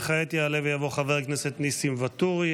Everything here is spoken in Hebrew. כעת יעלה ויבוא חבר הכנסת ניסים ואטורי.